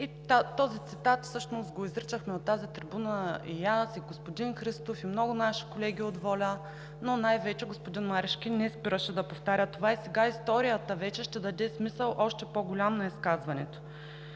Този цитат всъщност го изричахме от тази трибуна и аз, и господин Христов, и много наши колеги от ВОЛЯ, но най-вече господин Марешки не спираше да повтаря това и сега историята вече ще даде още по-голям смисъл на изказването.